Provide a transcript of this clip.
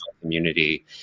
community